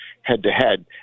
head-to-head